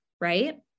right